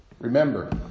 Remember